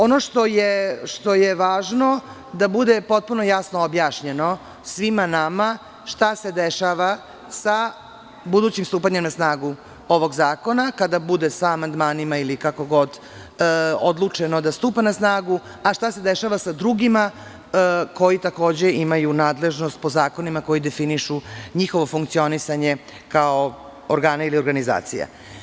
Ono što je važno da bude potpuno jasno objašnjeno svima nama šta se dešava sa budućim stupanjem na snagu ovog zakona kada bude sa amandmanima, ili kako god, odlučeno da stupa na snagu, a šta se dešava sa drugima koji takođe imaju nadležnost po zakonima koji definišu njihovo funkcionisanje kao organa i organizacija.